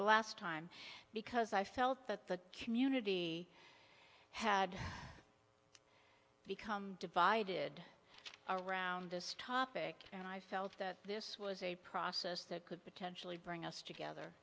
the last time because i felt that the community had become divided around this topic and i felt that this was a process that could potentially bring us together